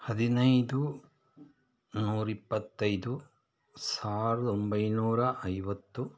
ಹದಿನೈದು ನೂರಿಪ್ಪತ್ತೈದು ಸಾವಿರದ ಒಂಬೈನೂರ ಐವತ್ತು